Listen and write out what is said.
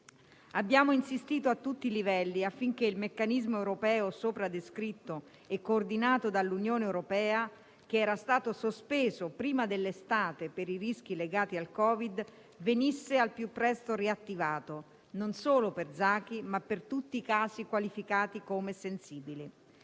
Abbiamo insistito a tutti i livelli affinché il meccanismo europeo sopra descritto e coordinato dall'Unione europea, che era stato sospeso prima dell'estate per i rischi legati al Covid, venisse al più presto riattivato, non solo per Zaki, ma per tutti i casi qualificati come sensibili.